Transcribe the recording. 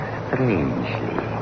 strangely